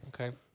Okay